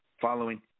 following